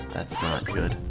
that's not good